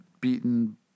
beaten